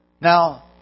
Now